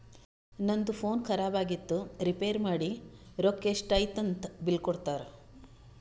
ನಂದು ಫೋನ್ ಖರಾಬ್ ಆಗಿತ್ತು ರಿಪೇರ್ ಮಾಡಿ ರೊಕ್ಕಾ ಎಷ್ಟ ಐಯ್ತ ಅಂತ್ ಬಿಲ್ ಕೊಡ್ತಾರ್